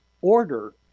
order